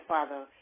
Father